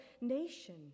nation